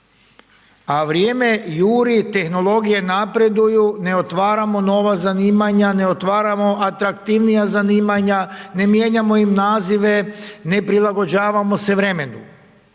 a vrijeme juri, tehnologije napreduju, ne otvaramo nova zanimanja, ne otvaramo atraktivnija zanimanja, ne mijenjamo im nazive, ne prilagođavamo se vremenu